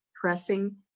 pressing